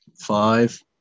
Five